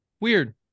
Weird